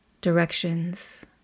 directions